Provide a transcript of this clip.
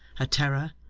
her terror,